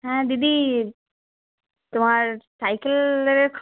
হ্যাঁ দিদি তোমার সাইকেলের